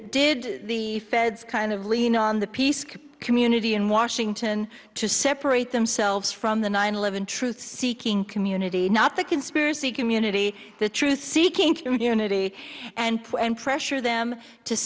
did the feds kind of lean on the peace community in washington to separate themselves from the nine eleven truth seeking community not the conspiracy community the truth seeking community and when pressure them to